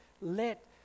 let